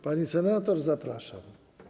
Pani senator, zapraszam.